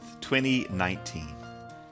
2019